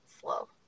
slow